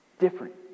Different